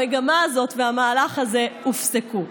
המגמה הזאת והמהלך הזה הופסקו.